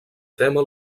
tema